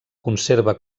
conserva